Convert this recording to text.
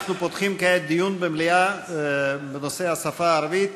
אנחנו פותחים כעת דיון במליאה בנושא השפה הערבית.